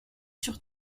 sur